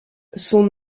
son